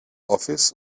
office